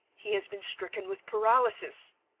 he has been stricken with paralysis!